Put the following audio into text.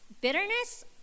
Bitterness